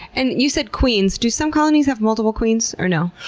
and you said queens. do some colonies have multiple queens or no?